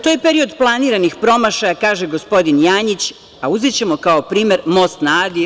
To je period planiranih promašaja kaže gospodin Janjić, a uzećemo kao primer most na Adi.